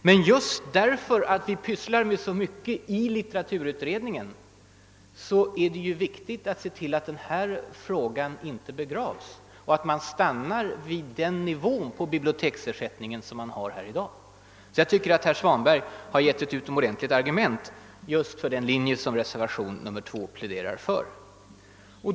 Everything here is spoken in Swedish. Men just därför att vi sysslar med så mycket i litteraturutredningen är det viktigt att se till att den här frågan inte begravs och att biblioteksersättningen inte stannar vid den nivå som gäller i dag. Jag tycker alltså att herr Svanberg har givit ett utomordentligt argument just för den linje som reservation 2 pläderar för.